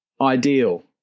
ideal